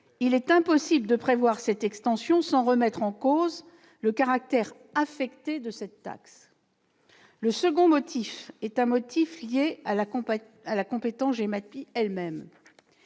il est impossible de prévoir cette extension, sans remettre en cause le caractère affecté de cette taxe. Le second motif est lié à la compétence GEMAPI elle-même.